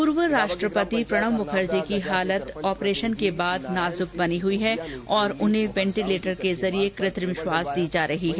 पूर्व राष्ट्रपति प्रणब मुखर्जी की हालत ऑपरेशन के बाद नाजुक बनी हुई है और उन्हें वेंटीलेटर के जरिए कृ त्रिम श्वांस दी जा रही है